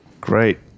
Great